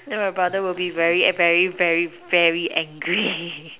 then my brother will be very very very very angry